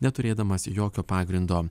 neturėdamas jokio pagrindo